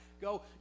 go